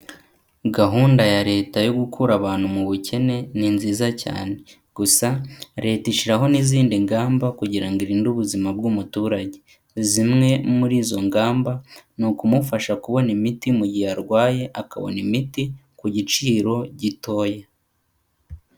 Gahunda ya leta yokura abantu mu bukene, ni nziza cyane. Gusa leta ishyiraho n'izindi ngamba kugira ngo irinde ubuzima bw'umuturage. Zimwe muri izo ngamba, ni ukumufasha kubona imiti mu gihe arwaye, akabona imiti ku giciro gitoya.